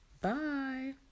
Bye